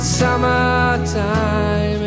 summertime